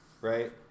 Right